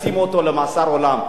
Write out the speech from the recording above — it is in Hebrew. ישימו אותו במאסר עולם?